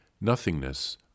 nothingness